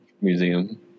museum